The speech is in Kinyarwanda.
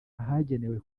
ahagenewe